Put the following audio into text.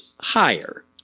higher